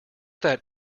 that